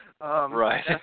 right